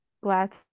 glad